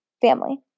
family